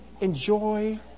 enjoy